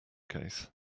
case